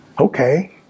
Okay